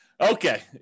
Okay